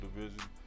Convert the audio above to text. division